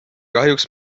kahjuks